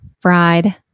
fried